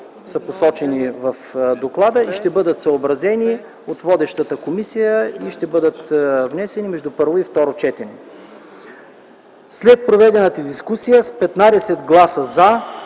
са посочени в доклада, ще бъдат съобразени от водещата комисия и ще бъдат внесени между първо и второ четене. „След проведената дискусия с 15 гласа